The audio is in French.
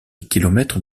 kilomètres